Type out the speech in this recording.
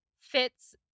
fits